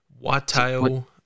whitetail